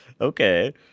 okay